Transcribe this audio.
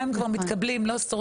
גם אם הם כבר מתקבלים הם לא שורדים.